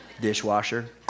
Dishwasher